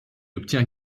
obtient